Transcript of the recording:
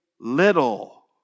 little